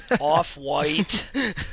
off-white